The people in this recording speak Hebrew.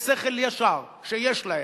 ואותו שכל ישר שיש להם,